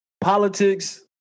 politics